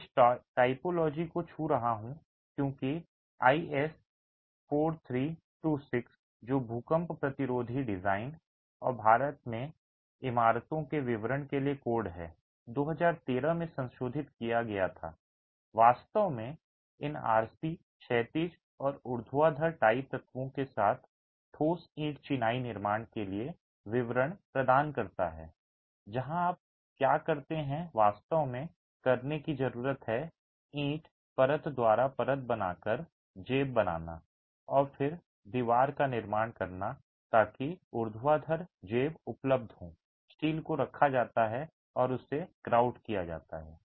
मैं इस टाइपोलॉजी को छू रहा हूं क्योंकि आईएस 4326 जो भूकंप प्रतिरोधी डिजाइन और भारत में इमारतों के विवरण के लिए कोड है 2013 में संशोधित किया गया था वास्तव में इन आरसी क्षैतिज और ऊर्ध्वाधर टाई तत्वों के साथ ठोस ईंट चिनाई निर्माण के लिए विवरण प्रदान करता है जहां आप क्या करते हैं वास्तव में करने की जरूरत है ईंट परत द्वारा परत बनाकर जेब बनाना और फिर दीवार का निर्माण करना ताकि ऊर्ध्वाधर जेब उपलब्ध हो स्टील को रखा जाता है और उसे ग्रूट किया जाता है